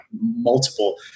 multiple